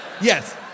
Yes